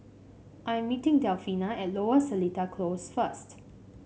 I am meeting Delfina at Lower Seletar Close first